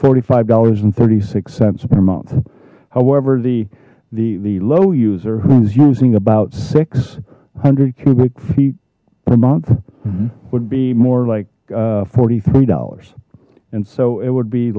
forty five dollars and thirty six cents per month however the the the low user who's using about six hundred cubic feet per month would be more like forty three dollars and so it would be